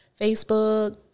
Facebook